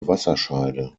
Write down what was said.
wasserscheide